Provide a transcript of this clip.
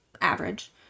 average